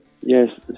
yes